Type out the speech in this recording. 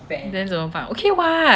then 怎么办 okay [what]